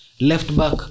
Left-back